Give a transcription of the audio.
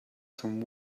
some